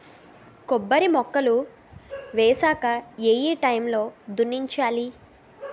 కొబ్బరి మొక్కలు వేసాక ఏ ఏ టైమ్ లో దున్నించాలి?